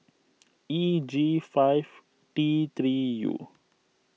E G five T three U